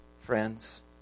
Friends